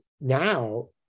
now